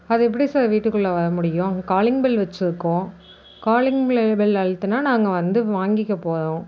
அது எப்படி சார் வீட்டுக்குள்ளே வர முடியும் காலிங் பெல் வச்சுருக்கோம் காலிங் பெல் அழுத்துனா நாங்கள் வந்து வாங்கிக்க போகிறோம்